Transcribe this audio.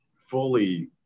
fully